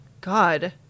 God